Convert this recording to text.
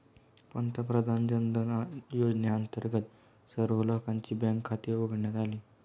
पंतप्रधान जनधन योजनेअंतर्गत सर्व लोकांची बँक खाती उघडण्यात आली